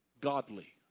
godly